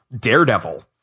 Daredevil